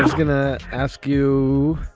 gonna ask you,